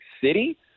City